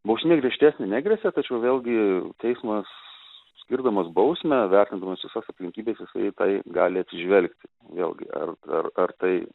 bausmė griežtesnė negresia tačiau vėlgi teismas skirdamas bausmę vertindamas visas aplinkybes jisai į tai gali atsižvelgti vėlgi ar ar ar tai